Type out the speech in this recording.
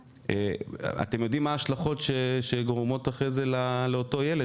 אתם יודעים מה ההשלכות שנגרמות לאותו ילד,